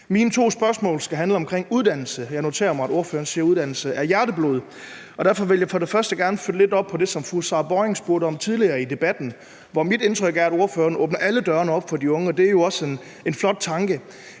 Mine to spørgsmål skal handle om uddannelse. Jeg noterer mig, at ordføreren siger, at uddannelse er hjerteblod, og derfor vil jeg for det første gerne følge lidt op på det, som fru Sara Emil Baaring spurgte om tidligere i debatten, hvor mit indtryk er, at ordføreren åbner alle dørene op for de unge, og det er jo også en flot tanke.